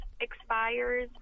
expires